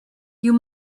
you